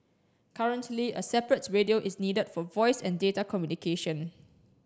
currently a separate radio is needed for voice and data communication